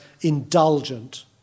indulgent